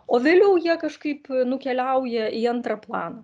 o vėliau jie kažkaip nukeliauja į antrą planą